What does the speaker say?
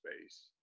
space